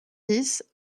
dix